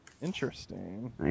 Interesting